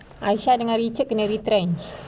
aisha dengan richard kena retrenched